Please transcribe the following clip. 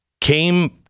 came